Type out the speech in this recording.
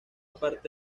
parte